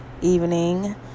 evening